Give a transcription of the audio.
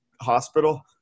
hospital